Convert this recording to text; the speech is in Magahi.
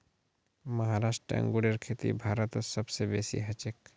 महाराष्ट्र अंगूरेर खेती भारतत सब स बेसी हछेक